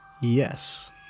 Yes